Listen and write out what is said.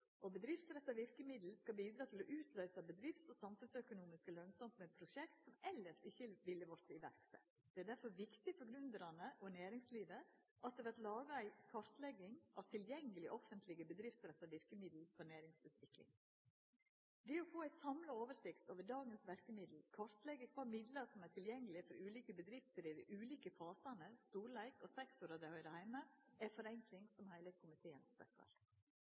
og bedriftsretta verkemiddel skal bidra til å utløysa bedrifts- og samfunnsøkonomisk lønsame prosjekt som ein elles ikkje ville sett i verk. Det er derfor viktig for gründerane og næringslivet at det vert laga ei kartlegging av tilgjengelege offentlege bedriftsretta verkemiddel for næringsutvikling. Det å få ei samla oversikt over dagens verkemiddel, kartleggja kva midlar som er tilgjengelege for ulike bedrifter i dei ulike fasane, storleiken og sektorane der dei høyrer heime, er ei forenkling som heile komiteen